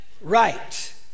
right